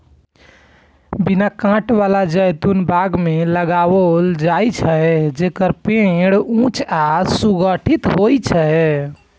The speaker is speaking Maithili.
बिना कांट बला जैतून बाग मे लगाओल जाइ छै, जेकर पेड़ ऊंच आ सुगठित होइ छै